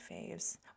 faves